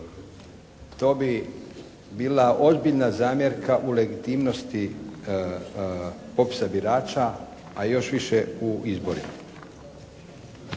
To bi bila ozbiljna zamjerka u legitimnosti popisa birača, a još više u izbore.